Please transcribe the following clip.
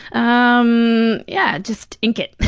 um yeah, just ink it.